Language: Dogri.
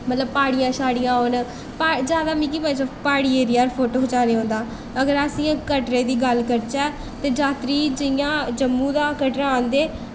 मतलब प्हाड़ियां सहाड़ियां होन जैदा मिगी मजा प्हाड़ी एरिये पर औंदा अगर अस इ'यां कटरे दी गल्ल करचै ते जात्तरी जि'यां जम्मू दा कटरा औंदे